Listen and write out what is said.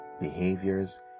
behaviors